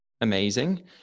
amazing